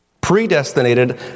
Predestinated